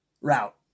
route